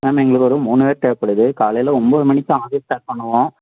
ma'am எங்களுக்கு ஒரு மூணு பேர் தேவைப்படுது காலையில் ஒம்பது மணிக்கு ஆஃபீஸ் ஸ்டார்ட் பண்ணுவோம்